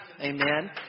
amen